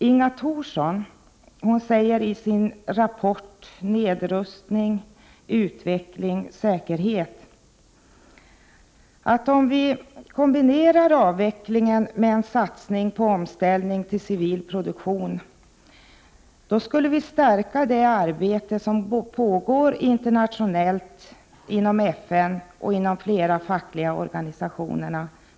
Inga Thorsson säger i sin rapport Nedrustning, utveckling, säkerhet att om vi kombinerar avvecklingen med en satsning på omställning till civil produktion, skulle vi stärka det arbete som pågår internationellt inom FN och inom flera fackliga organisationer.